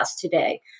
today